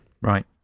Right